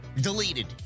Deleted